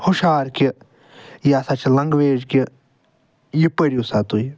ہوشیار کہِ یہِ ہسا چھِ لٮ۪نگوٮ۪ج کہِ یہِ پرٮ۪و سا تُہۍ